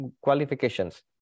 qualifications